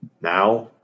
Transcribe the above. now